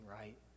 right